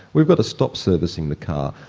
we've got to stop servicing the car.